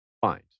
find